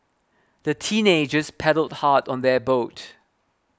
the teenagers paddled hard on their boat